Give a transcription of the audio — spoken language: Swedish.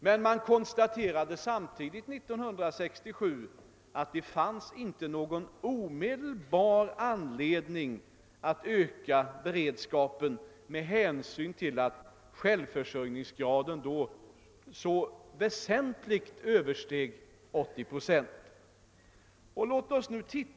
Samtidigt konstaterade vi emellertid då att det inte fanns någon anledning att omedelbart öka beredskapen, eftersom vår självförsörjningsgrad väsentligt översteg 80 procent. Och hur har den ändrats sedan dess?